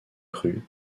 crues